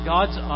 God's